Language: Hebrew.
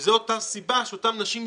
וזו אותה סיבה שאותן נשים מסכנות,